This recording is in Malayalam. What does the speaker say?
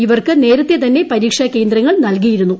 ഇവർക്ക് നേരത്തെ തന്നെ പരീക്ഷാ കേന്ദ്രങ്ങൾ നൽകിയിരുന്നു